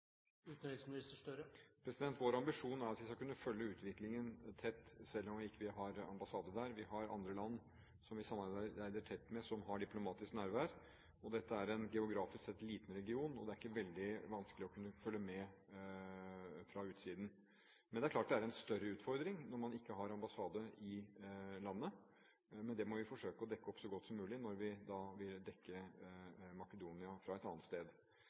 Vår ambisjon er at vi skal kunne følge utviklingen tett selv om vi ikke har ambassade der. Vi samarbeider tett med andre land som har diplomatisk nærvær. Dette er geografisk sett en liten region, og det er ikke veldig vanskelig å kunne følge med fra utsiden. Men det er klart at det er en større utfordring når man ikke har ambassade i landet, og vi må forsøke å dekke Makedonia så godt som mulig